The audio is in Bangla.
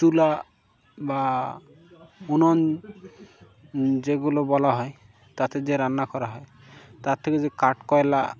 চুলা বা উনন যেগুলো বলা হয় তাতে যে রান্না করা হয় তার থেকে যে কাঠ কয়লা